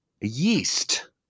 Yeast